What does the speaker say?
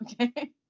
Okay